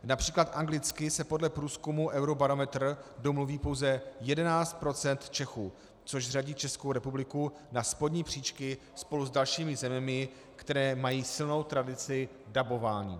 Například anglicky se podle průzkumu Eurobarometr domluví pouze 11 procent Čechů, což řadí Českou republiku na spodní příčky spolu s dalšími zeměmi, které mají silnou tradici dabování.